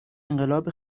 انقلاب